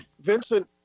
Vincent